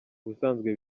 ubusanzwe